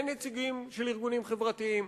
אין נציגים של ארגונים חברתיים.